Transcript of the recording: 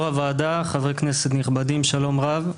יושב ראש הוועדה, חברי כנסת נכבדים, שלום רב.